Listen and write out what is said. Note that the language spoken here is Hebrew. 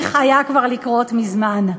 צריך היה כבר לקרות מזמן.